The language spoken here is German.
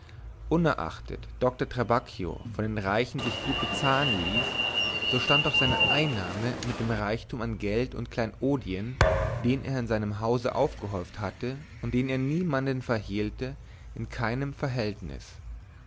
unerachtet doktor trabacchio von reichen sich gut bezahlen ließ so stand doch seine einnahme mit dem reichtum an geld und kleinodien den er in seinem hause aufgehäuft hatte und den er niemanden verhehlte in keinem verhältnis